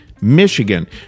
Michigan